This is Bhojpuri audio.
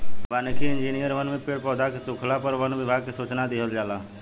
वानिकी इंजिनियर वन में पेड़ पौधा के सुखला पर वन विभाग के सूचना दिहल जाला